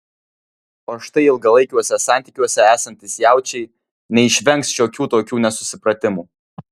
o štai ilgalaikiuose santykiuose esantys jaučiai neišvengs šiokių tokių nesusipratimų